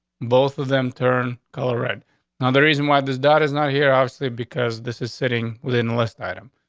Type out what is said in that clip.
both of them turn color right now. the reason why this dot is not here, obviously, because this is sitting within list item,